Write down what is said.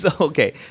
okay